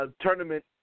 Tournament